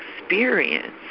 experience